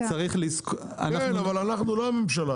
אבל אנחנו לא הממשלה.